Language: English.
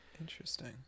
Interesting